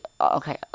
okay